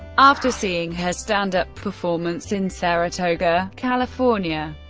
after seeing her stand-up performance in saratoga, california,